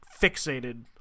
fixated